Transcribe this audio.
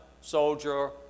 soldier